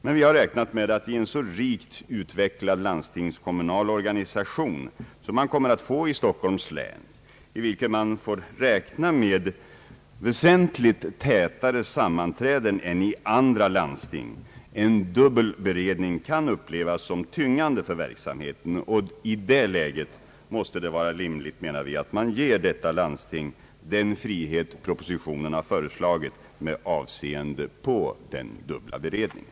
Men vi har räknat med att i en så rikt utvecklad landstingskommunal organisation som man kommer att få i Stockholms län och i vilken man får räkna med väsentligt tätare sammanträden än i andra landsting en dubbel beredning kan upplevas som tyngande för verksamheten. I det läget måste det vara rimligt, menar vi, att man ger detta landsting den frihet propositionen har föreslagit med avseende på den dubbla beredningen.